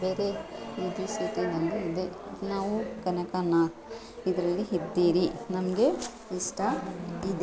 ಬೇರೆ ಸಿಟಿಯಲ್ಲಿ ಇದೆ ನಾವು ಕನಕನಾಥ್ ಇದರಲ್ಲಿ ಇದ್ದೀರಿ ನಮಗೆ ಇಷ್ಟ ಇದು